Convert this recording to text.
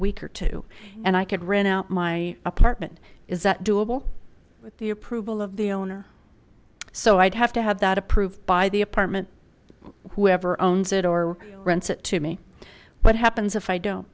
week or two and i could rent out my apartment is that doable with the approval of the owner so i'd have to have that approved by the apartment whoever owns it or rents it to me what happens if i don't